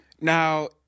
Now